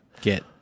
Get